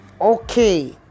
okay